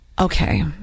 Okay